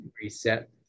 reset